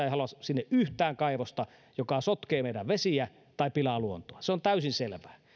ei halua sinne yhtään kaivosta joka sotkee meidän vesiä tai pilaa luontoa se on täysin selvää